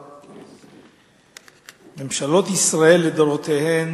ממשלות ישראל לדורותיהן